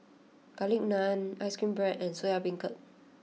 Garlic Naan Ice Cream Bread and Soya Beancurd